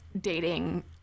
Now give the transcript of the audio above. dating